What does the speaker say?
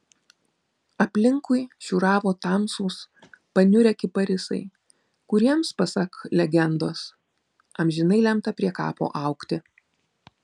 aplinkui šiūravo tamsūs paniurę kiparisai kuriems pasak legendos amžinai lemta prie kapo augti